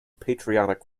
patriotic